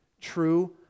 true